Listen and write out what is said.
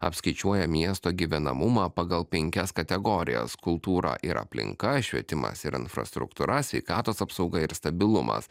apskaičiuoja miesto gyvenamumą pagal penkias kategorijas kultūra ir aplinka švietimas ir infrastruktūra sveikatos apsauga ir stabilumas